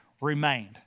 remained